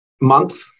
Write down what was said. month